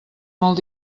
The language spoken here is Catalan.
molt